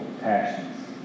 passions